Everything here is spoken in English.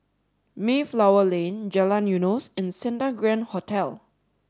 Mayflower Lane Jalan Eunos and Santa Grand Hotel